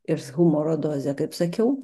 ir su humoro doze kaip sakiau